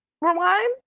rewind